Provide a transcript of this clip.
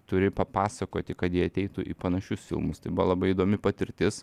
turi papasakoti kad jie ateitų į panašius filmus tai buvo labai įdomi patirtis